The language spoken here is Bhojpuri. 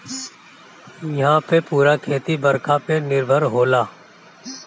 इहां पअ पूरा खेती बरखा पे निर्भर होला